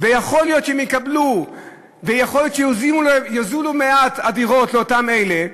ויכול להיות שיקבלו ויכול להיות שיוזלו מעט הדירות לאותם אלה,